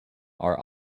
are